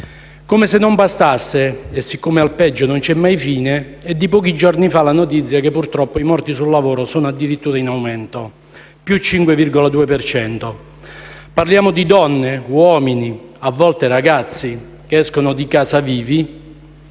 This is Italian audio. Come se non bastasse, siccome al peggio non c'è mai fine, è di pochi giorni fa la notizia che purtroppo i morti sul lavoro sono addirittura in aumento, del 5,2 per cento. Parliamo di donne, uomini e a volte ragazzi che escono di casa vivi